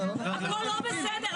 הכול לא בסדר,